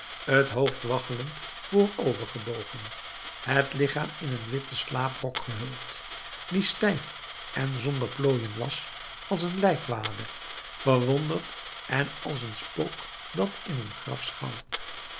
het hoofd waggelend voorover gebogen het lichaam in een witten slaaprok gehuld die stijf en zonder plooien was als een lijkwade verwonderd en als een spook dat in een graf schouwt